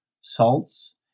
salts